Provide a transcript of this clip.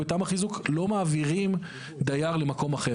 בתמ"א חיזוק, לא מעבירים דייר למקום אחר.